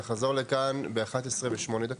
(הישיבה נפסקה בשעה 11:04 ונתחדשה בשעה 11:09.)